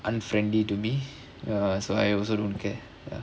unfriendly to me err so I also don't care